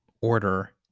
order